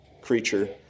creature